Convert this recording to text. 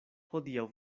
hodiaŭ